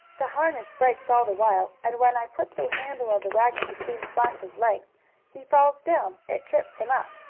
the harness breaks all the while, and when i put the handle of the wagon between splash's legs he falls down it trips him up.